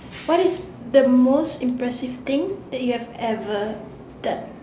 what is the most impressive thing that you have ever done